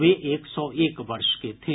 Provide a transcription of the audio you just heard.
वे एक सौ एक वर्ष के थे